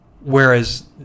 Whereas